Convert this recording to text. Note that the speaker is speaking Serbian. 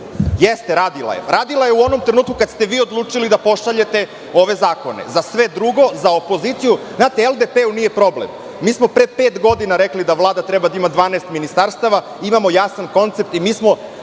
Jeste radila je, radila je u onom trenutku kada ste vi odlučili da pošaljete ove zakone. Za sve drugo, za opoziciju ne. Znate, LDP-u nije problem, mi smo pre pet godina rekli da Vlada treba da ima 12 ministarstava i imamo jasan koncept i mi smo